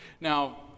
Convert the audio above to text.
Now